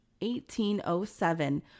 1807